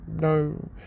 No